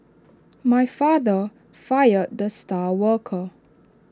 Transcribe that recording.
my father fired the star worker